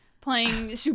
Playing